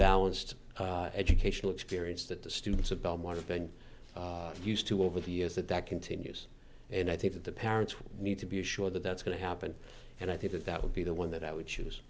balanced educational experience that the students at belmont have been used to over the years that that continues and i think that the parents need to be assured that that's going to happen and i think that that would be the one that i would